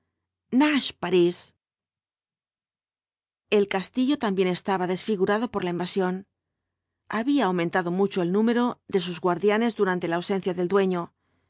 nach parís el castillo también estaba desfigurado por la invasión había aumentado mucho el número de sus guardianes durante la ausencia del dueño